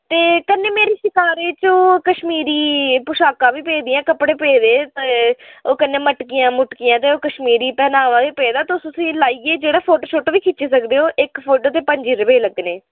ते कन्नै मेरी शकारे च ओह् कश्मीरी पोशाकां बी पेदियां कपड़े पेदे ओह् कन्नै मटकियां मुटकियां ते ओह् कश्मीरी पैहनावा बी पेदा तुस उसी लाइयै जेह्ड़ा फोटो शोटो बी खिच्ची सकदे ओ इक फोटो दे पंजी रपेऽ लग्गने